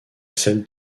celle